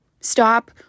stop